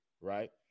right